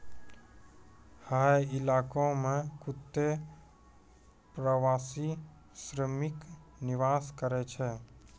हय इलाको म कत्ते प्रवासी श्रमिक निवास करै छै